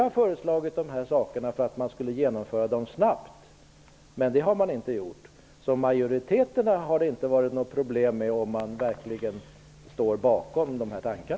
Avsikten var att våra förslag skulle genomföras snabbt, men så har inte skett. Det hade inte varit några problem med majoriteten om den verkligen hade stött våra tankar.